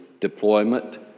Deployment